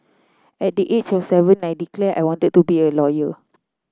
at the age of seven I declared I wanted to be a lawyer